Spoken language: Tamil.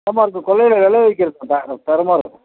தரமாக இருக்கும் கொல்லையில் விளை வைக்கிறது தான் தரமாக இருக்கும்